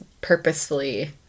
purposefully